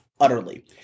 Utterly